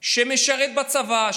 שמשרת בצבא,